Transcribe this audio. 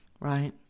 right